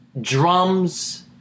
drums